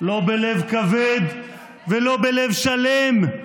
לא בלב כבד ולא בלב שלם,